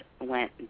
went